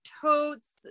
totes